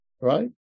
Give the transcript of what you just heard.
right